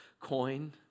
coin